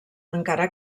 encara